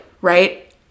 right